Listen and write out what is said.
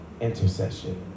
Intercession